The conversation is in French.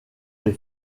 des